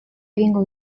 egingo